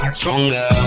stronger